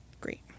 great